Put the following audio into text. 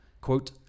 quote